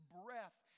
breath